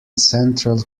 central